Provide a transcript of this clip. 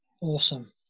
awesome